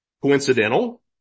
Coincidental